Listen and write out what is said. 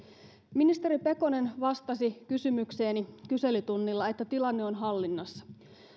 ministeri pekonen vastasi kysymykseeni kyselytunnilla että tilanne on hallinnassa että